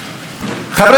חברי הכנסת,